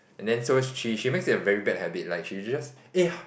and then so she she makes a very bad habit like she just eh